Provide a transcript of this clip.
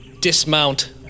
dismount